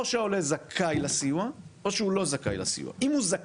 או שהעולה זכאי לסיוע או שהוא לא זכאי לסיוע,